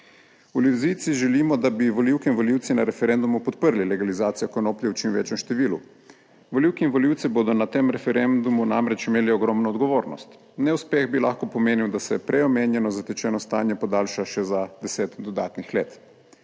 V Levici želimo, da bi volivke in volivci na referendumu podprli legalizacijo konoplje v čim večjem številu. Volivke in volivci bodo na tem referendumu namreč imeli ogromno odgovornost. Neuspeh bi lahko pomenil, da se prej omenjeno zatečeno stanje podaljša še za deset dodatnih let.